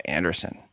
Anderson